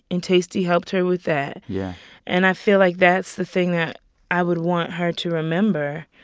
and taystee helped her with that yeah and i feel like that's the thing that i would want her to remember,